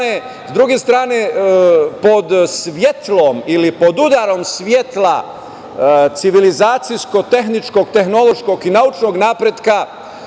s druge strane, pod svetlom ili pod udarom svetla civilizacijsko-tehničkog-tehnološkog i naučnog napretka